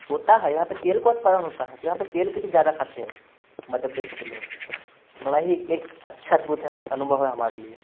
होता है यहाँ पर तेल का उत्पादन होता है तो यहाँ पर तेल कुछ ज्यादा खाते हैं मध्य प्रदेश के लोग बड़ा ही एक अच्छा अद्भुत है अनुभव है हमारे लिए